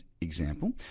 example